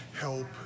help